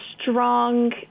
strong